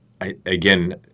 again